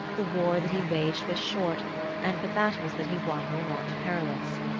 the war that he waged was short and the battles that he won were not perilous.